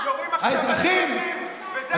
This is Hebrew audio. יורים עכשיו על אזרחים וזה מה שאתה עושה?